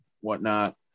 whatnot